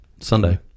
Sunday